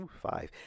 five